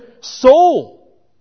soul